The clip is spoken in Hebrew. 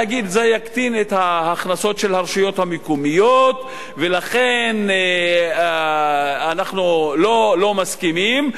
להגיד שזה יקטין את ההכנסות של הרשויות המקומיות ולכן אנחנו לא מסכימים,